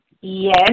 yes